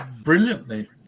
brilliantly